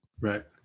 Right